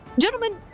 Gentlemen